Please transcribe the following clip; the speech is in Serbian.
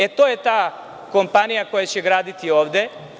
E, to je ta kompanija koja će graditi ovde.